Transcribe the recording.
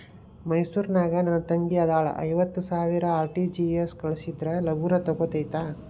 ಮೈಸೂರ್ ನಾಗ ನನ್ ತಂಗಿ ಅದಾಳ ಐವತ್ ಸಾವಿರ ಆರ್.ಟಿ.ಜಿ.ಎಸ್ ಕಳ್ಸಿದ್ರಾ ಲಗೂನ ಹೋಗತೈತ?